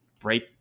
break